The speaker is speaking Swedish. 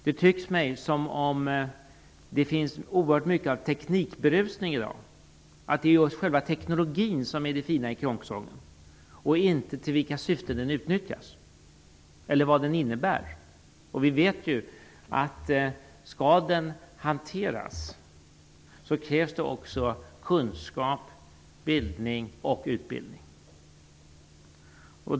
Det tycks mig som att det finns oerhört mycket av teknikberusning i dag, att det är just teknologin som är det fina i kråksången och inte till vilket syfte den utnyttjas eller vad den innebär. Skall den hanteras krävs det också kunskap, bildning och utbildning.